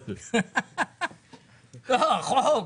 חוק.